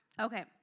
Okay